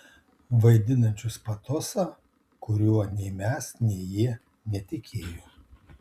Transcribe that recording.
vaidinančius patosą kuriuo nei mes nei jie netikėjo